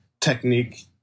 technique